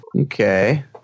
okay